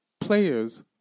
players